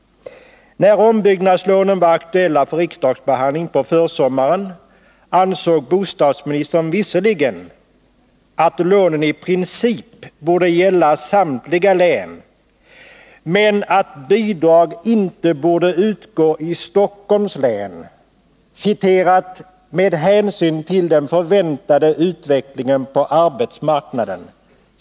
När ombyggnadslånen var aktuella för riksdagsbehandling på försommaren ansåg bostadsministern visserligen att lånen i princip borde gälla samtliga län men att bidrag inte borde utgå i Stockholms län ”med hänsyn till den förväntade utvecklingen på arbetsmarknaden”.